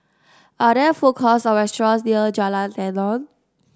are there food courts or restaurants near Jalan Tenon